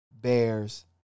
Bears